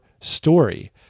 story